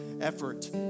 effort